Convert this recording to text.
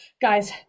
Guys